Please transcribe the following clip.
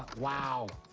wow.